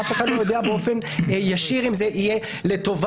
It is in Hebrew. אף אחד לא יודע באופן ישיר אם זה יהיה לטובת